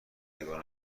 سیگار